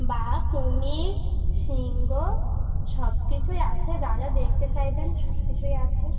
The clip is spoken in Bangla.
বাঘ কুমির সিংহ সব কিছুই আছে যা যা দেখতে চাইবেন সব কিছুই আছে